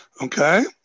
Okay